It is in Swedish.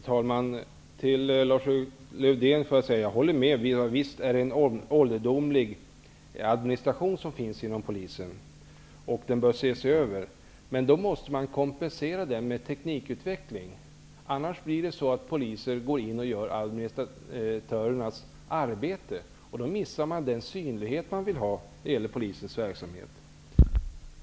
Herr talman! Jag håller med Lars-Erik Lövdén. Visst finns det en ålderdomlig administration inom polisen. Den bör ses över. Men då måste man kompensera den med teknikutveckling, annars går poliser in och gör administratörernas arbete. Då missar man den synlighet som man vill ha när det gäller polisens verksamhet.